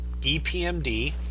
EPMD